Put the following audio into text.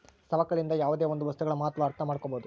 ಸವಕಳಿಯಿಂದ ಯಾವುದೇ ಒಂದು ವಸ್ತುಗಳ ಮಹತ್ವ ಅರ್ಥ ಮಾಡ್ಕೋಬೋದು